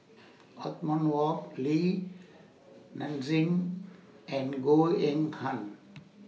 Othman Wok Li Nanxing and Goh Eng Han